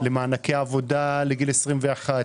למענקי עבודה לגיל 21,